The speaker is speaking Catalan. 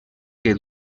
que